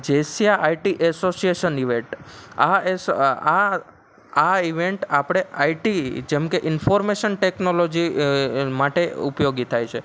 જેસ્યા RT association event આ આ event આપણા આપણે આઈટી જેમ કે ઇન્ફોર્મેશન ટેકનોલોજી માટે ઉપયોગી થાય છે